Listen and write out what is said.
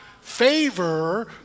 Favor